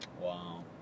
Wow